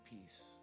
peace